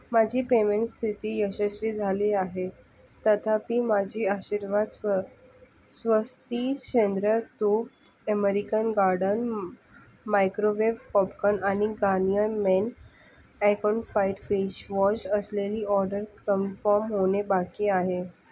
माझी पेमेंट स्थिती यशस्वी झाली आहे तथापि माझी आशीर्वाद स्व स्वस्ती सेंद्रिय तूप ॲमेरिकन गार्डन मायक्रोवेव पॉपकन आणि Garnier men acne fight face wash असलेली ऑर्डर कम्फम होणे बाकी आहे